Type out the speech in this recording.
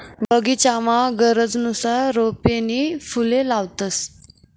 बगीचामा गरजनुसार रोपे नी फुले लावतंस